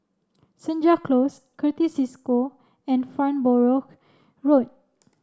Senja Close Certis Cisco and Farnborough Road